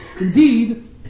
Indeed